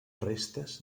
restes